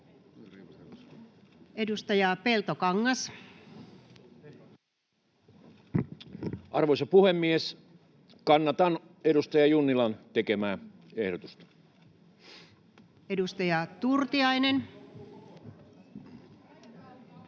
Edustaja Peltokangas. Arvoisa puhemies! Kannatan edustaja Junnilan tekemää ehdotusta. Edustaja Turtiainen.